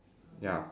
ya